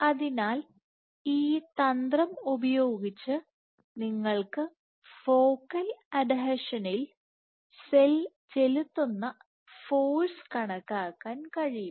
അതിനാൽ ഈ തന്ത്രം ഉപയോഗിച്ച് നിങ്ങൾക്ക് ഫോക്കൽ അഡ്ഹീഷനിൽ സെൽ ചെലുത്തുന്ന ഫോഴ്സ് കണക്കാക്കാൻ കഴിയും